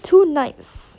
two nights